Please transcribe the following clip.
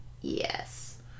Yes